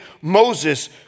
Moses